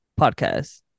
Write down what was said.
Podcast